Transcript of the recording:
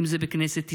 אם זה בכנסת ישראל,